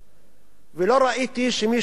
ולא ראיתי שמישהו הזדעזע.